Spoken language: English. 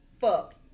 Fuck